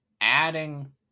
adding